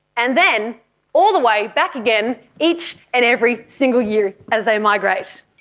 and then all the way back again, each and every single year as they migrate.